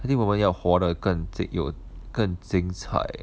I think 我们要活得更精有更精彩